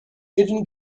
hidden